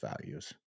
values